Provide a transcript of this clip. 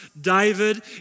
David